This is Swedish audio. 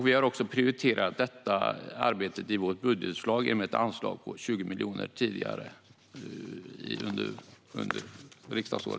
Vi har också prioriterat detta arbete i vårt budgetförslag tidigare under riksdagsåret genom ett anslag på 20 miljoner.